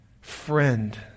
friend